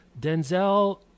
Denzel